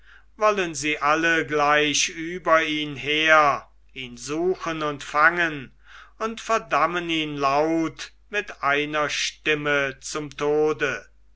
wollen sie alle gleich über ihn her ihn suchen und fangen und verdammen ihn laut mit einer stimme zum tode